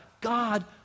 God